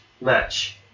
match